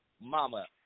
Mama